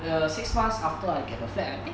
err the six months after I get the flat I think